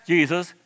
Jesus